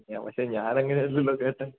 ആ പക്ഷേ ഞാൻ അങ്ങനെല്ലല്ലോ കേട്ടത്